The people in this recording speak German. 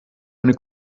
eine